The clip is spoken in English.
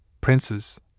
princes